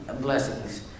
blessings